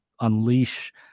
unleash